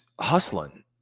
hustling